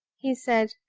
he said,